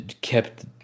kept